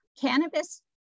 cannabis